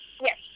Yes